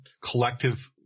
collective